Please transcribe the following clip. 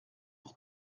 pour